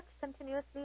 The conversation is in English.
continuously